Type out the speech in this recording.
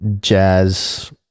jazz